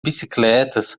bicicletas